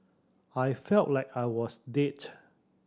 I felt like I was dead